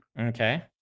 Okay